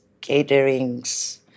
caterings